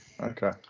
Okay